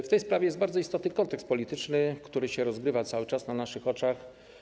W tej sprawie jest bardzo istotny kontekst polityczny, który rozgrywa się cały czas na naszych oczach.